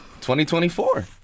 2024